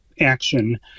action